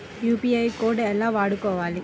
UPI code ఎలా వాడుకోవాలి?